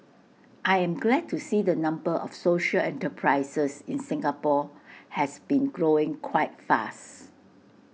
I'm glad to see the number of social enterprises in Singapore has been growing quite fast